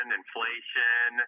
inflation